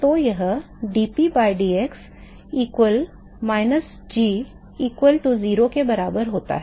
तो यह dp by dx equal minus g equal to 0 के बराबर है